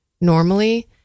normally